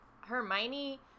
hermione